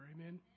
amen